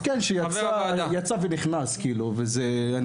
שנכנס ויצא,